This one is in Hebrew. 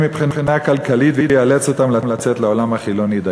מבחינה כלכלית ויאלצו אותם לצאת לעולם החילוני.